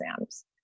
exams